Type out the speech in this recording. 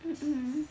mm mm